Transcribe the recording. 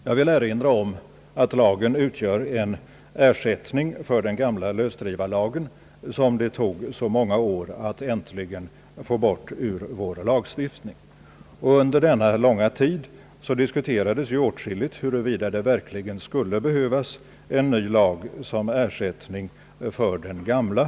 Jag vill erinra om att lagen utgör en ersättning för den gamla lösdrivarlagen, som det tog så många år att äntligen få bort ur vår lagstiftning. Under denna långa tid diskuterades åtskilligt huruvida det verkligen skulle behövas en ny lag som ersättning för den gamla.